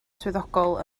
swyddogol